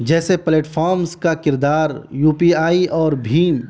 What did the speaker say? جیسے پلیٹفارمس کا کردار یو پی آئی اور بھیم